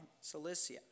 Cilicia